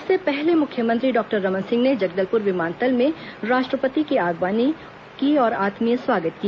इससे पहले मुख्यमंत्री डॉक्टर रमन सिंह ने जगदलपुर विमानतल में राष्ट्रपति की आगवानी की और आत्मीय स्वागत किया